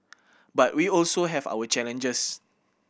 but we also have our challenges